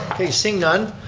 okay, seeing none,